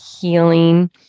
healing